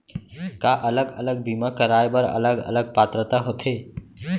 का अलग अलग बीमा कराय बर अलग अलग पात्रता होथे?